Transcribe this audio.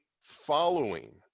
following